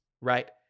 right